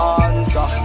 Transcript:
answer